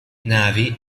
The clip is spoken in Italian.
navy